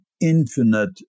infinite